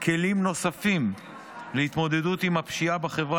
כלים נוספים להתמודדות עם הפשיעה בחברה